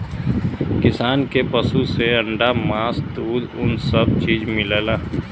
किसान के पसु से अंडा मास दूध उन सब चीज मिलला